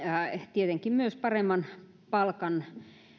tietenkin myös paremman palkan